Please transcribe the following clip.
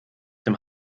den